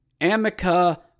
Amica